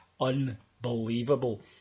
unbelievable